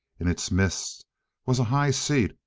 in its midst was a high seat,